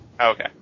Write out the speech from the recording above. Okay